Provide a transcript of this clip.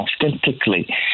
authentically